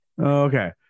okay